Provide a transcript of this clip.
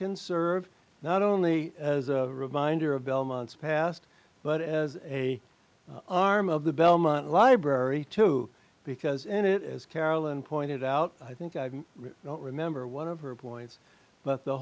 can serve not only as a reminder of belmont's past but as a arm of the belmont library too because in it as carolyn pointed out i think i don't remember one of her points but the